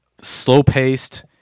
Slow-paced